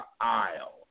aisle